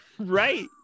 Right